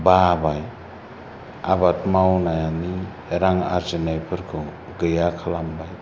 बाबाय आबाद मावनायनानै रां आरजिनायफोरखौ गैया खालामबाय